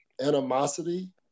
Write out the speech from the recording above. animosity